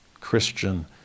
Christian